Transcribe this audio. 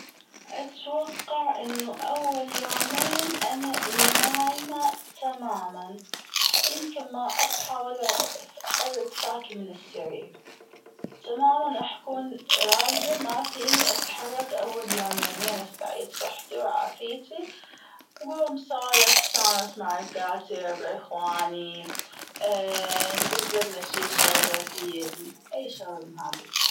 أتوقع أنه أول يومين أنا نايمة تماما يمكن ما أصحى ولا أحرك ساكن من السرير تماما راح كون راكده مافيني أتحرك أول يومين لين أستعيد صحتي وعافيتي قوم سولف واستانس مع رفقاتي وربعي اخواني نزلنا شي شغلة فيلم أي شغلة من هذي.